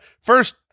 First